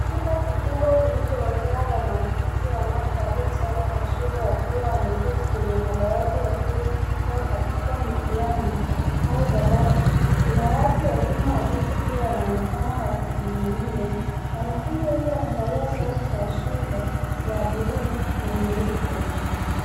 Chumba kikubwa kilicho jaa wanafunzi wanaovalia sare za shule wakiwa wameketi kwenye madawati wakiwa katika mitihani au darasa, kuna watu wazima watatu pia wanaonekana wakisimamia. Wanafunzi wamevalia sare za shule ya bluu na nyeupe.